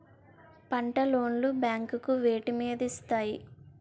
పంట లోన్ లు బ్యాంకులు వేటి మీద ఇస్తాయి?